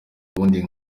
ubundi